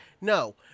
no